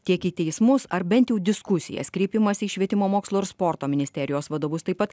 tiek į teismus ar bent jau diskusijas kreipimąsi į švietimo mokslo ir sporto ministerijos vadovus taip pat